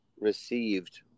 received